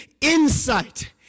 insight